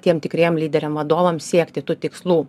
tiem tikriem lyderiam vadovam siekti tų tikslų